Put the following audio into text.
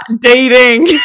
dating